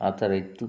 ಆ ಥರ ಇತ್ತು